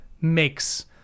makes